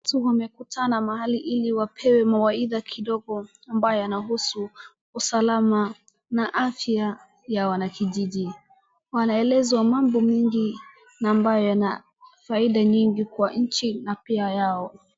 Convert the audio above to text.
Watu wamekutana mahali ili wapewe mawaidha kidogo ambayo yanahusu usalama na afya ya wanakijiji. Wanaelezwa mambo mengi ambayo yana faida nyingi kwa nchi na pia yao.